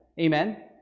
Amen